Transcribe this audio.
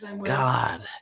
god